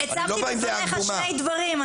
והנה, הצבתי בפניך שני דברים.